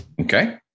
Okay